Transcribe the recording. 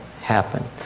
happen